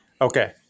Okay